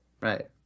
Right